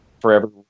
forever